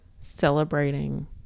celebrating